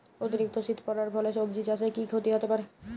অতিরিক্ত শীত পরার ফলে সবজি চাষে কি ক্ষতি হতে পারে?